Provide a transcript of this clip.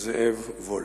זאב וולף.